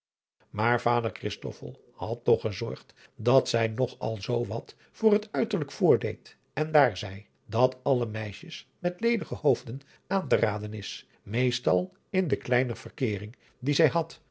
maar vader christoffel had toch gezorgd dat zij nog al zoo wat voor het uiterlijk voordeed en daar zij dat alle meisjes met ledige hoofden aan te raden is meestal in de kleine verkeering die zij had